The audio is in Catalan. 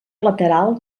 lateral